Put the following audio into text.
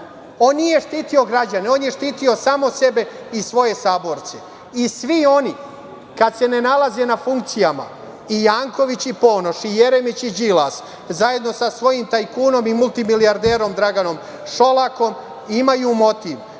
On nije štitio građane, on je štitio samo sebe i svoje saborce. Svi oni kad se ne nalaze na funkcijama, i Janković i Ponoš, i Jeremić i Đilas, zajedno sa svojim tajkunom i multimilijarderom Draganom Šolakom, imaju motiv